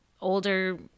older